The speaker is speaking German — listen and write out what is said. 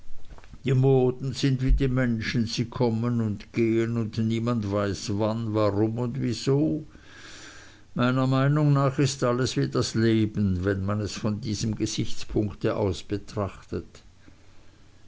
die moden sind wie die menschen sie kommen und gehen und niemand weiß wann warum und wieso meiner meinung nach ist alles wie das leben wenn man es von diesem gesichtspunkt aus betrachtet